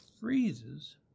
freezes